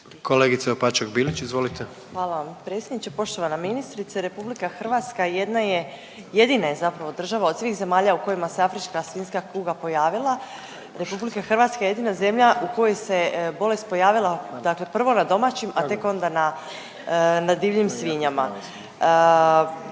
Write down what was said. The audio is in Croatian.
**Opačak Bilić, Marina (Nezavisni)** Hvala vam predsjedniče. Poštovana ministrice. RH jedna je jedina je zapravo država od svih zemalja u kojima se afrička svinjska kuga pojavila. RH je jedina zemlja u kojoj se bolest pojavila dakle prvo na domaćim, a tek onda na divljim svinjama. Možemo